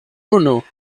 unu